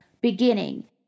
Beginning